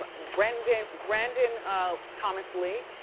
but brandon, brandon thomas lee?